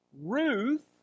Ruth